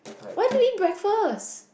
why do you eat breakfast